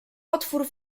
otwór